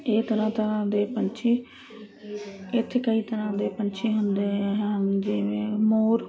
ਇਹ ਤਰ੍ਹਾਂ ਤਰ੍ਹਾਂ ਦੇ ਪੰਛੀ ਇੱਥੇ ਕਈ ਤਰ੍ਹਾਂ ਦੇ ਪੰਛੀ ਹੁੰਦੇ ਹਨ ਜਿਵੇਂ ਮੋਰ